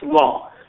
law